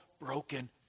broken